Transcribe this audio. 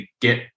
get